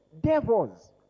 Devils